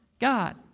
god